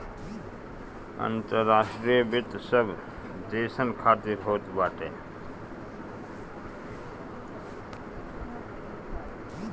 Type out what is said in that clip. अंतर्राष्ट्रीय वित्त सब देसन खातिर होत बाटे